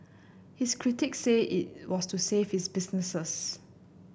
his critics say it was to save his businesses